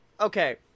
okay